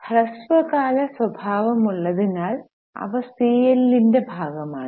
ഹ്രസ്വകാല സ്വഭാവമുള്ളതിനാൽ അവ സിഎല്ലിന്റെ ഭാഗമാണ്